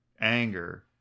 anger